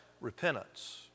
repentance